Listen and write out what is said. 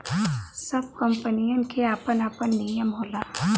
सब कंपनीयन के आपन आपन नियम होला